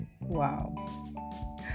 Wow